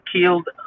killed